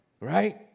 right